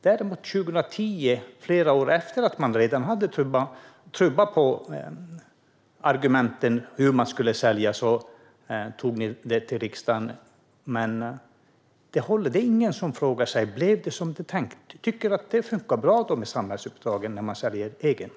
Först 2010, flera år senare när man redan hade börjat tumma på argumenten för att sälja, tog ni det till riksdagen. Men ingen har frågat om det blev som det var tänkt. Tycker du då att det funkar bra med samhällsuppdraget när man säljer egendom?